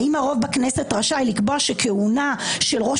האם הרוב בכנסת רשאי לקבוע שכהונה של ראש